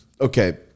Okay